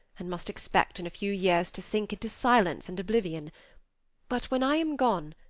and must expect in a few years to sink into silence and oblivion but when i am gone,